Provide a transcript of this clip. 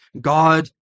God